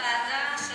קטין